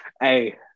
Hey